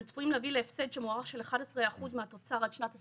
שהם צפויים להביא להפסד שמוערך ב-11 אחוזים מהתוצר עד שנת 2050,